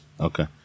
Okay